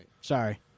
Sorry